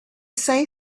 say